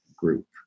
Group